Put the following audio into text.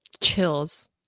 chills